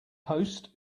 post